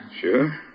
Sure